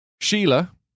Sheila